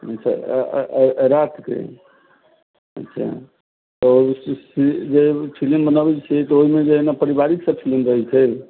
अच्छा राति के अच्छा आओर जे फिलिम बनाबै छियै तऽ ओहिमे जे है न पारिवारिक सब फिलिम रहै छै